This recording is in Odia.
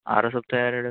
ଆର ସପ୍ତାହ ଆଡ଼କୁ